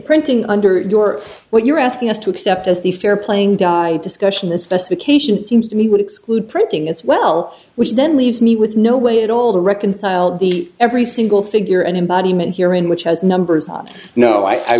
printing under your what you're asking us to accept as the fair playing di discussion especially cation seems to me would exclude printing as well which then leaves me with no way at all to reconcile the every single figure and embodiment here in which has numbers on no i